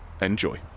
Enjoy